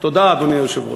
תודה, אדוני היושב-ראש.